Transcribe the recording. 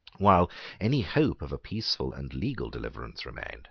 while any hope of a peaceful and legal deliverance remained